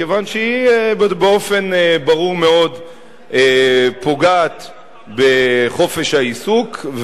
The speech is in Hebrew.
כיוון שהיא באופן ברור מאוד פוגעת בחופש העיסוק.